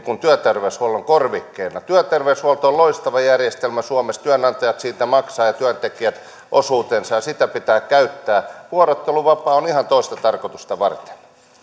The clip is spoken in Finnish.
työterveyshuollon korvikkeeksi työterveyshuolto on loistava järjestelmä suomessa työnantajat ja työntekijät siitä maksavat osuutensa ja sitä pitää käyttää vuorotteluvapaa on ihan toista tarkoitusta varten